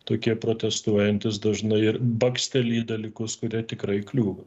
tokie protestuojantys dažnai ir baksteli į dalykus kurie tikrai kliūva